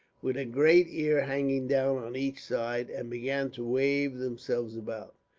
with a great ear hanging down on each side, and began to wave themselves about.